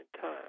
time